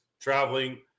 traveling